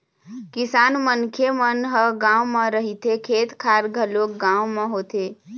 किसान मनखे मन ह गाँव म रहिथे, खेत खार घलोक गाँव म होथे